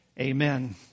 amen